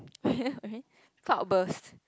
cloud burst